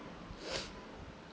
mm